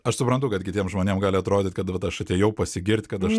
aš suprantu kad kitiem žmonėm gali atrodyt kad vat aš atėjau pasigirt kad aš